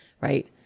Right